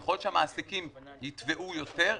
ככל שהמעסיקים יתבעו יותר,